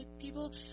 people